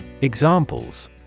Examples